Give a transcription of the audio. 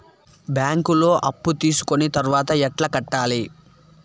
బ్యాంకులో అప్పు తీసుకొని తర్వాత ఎట్లా కట్టాలి?